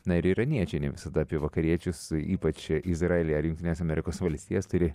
na ir iraniečiai ne visada apie vakariečius ypač izraelį ar jungtines amerikos valstijas turi